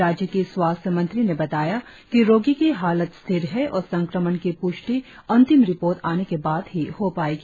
राज्य की स्वास्थ्य मंत्री ने बताया कि रोगी की हालत स्थिर है और संक्रमण की प्रष्टि अंतिम रिपोर्ट आने के बाद ही हो पाएगी